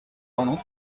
pendant